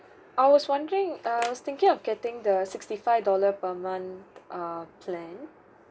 I was wondering I was thinking of getting the sixty five dollar per month err plan